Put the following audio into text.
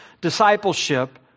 discipleship